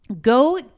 Go